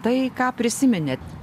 tai ką prisiminėt